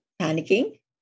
panicking